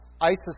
ISIS